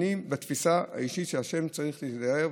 אני בתפיסה האישית שבשם צריך להיזהר.